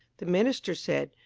the minister said,